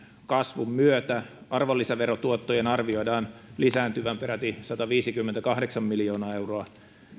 kasvun myötä arvonlisäverotuottojen arvioidaan lisääntyvän peräti sataviisikymmentäkahdeksan miljoonaa euroa